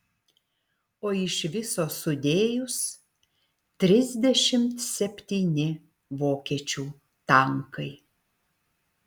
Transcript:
o iš viso sudėjus trisdešimt septyni vokiečių tankai